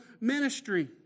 ministry